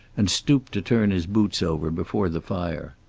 and stooped to turn his boots over before the fire.